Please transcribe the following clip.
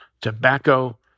tobacco